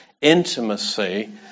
intimacy